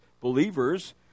believers